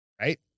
right